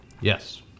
yes